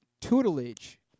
tutelage